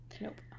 Nope